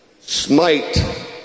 Smite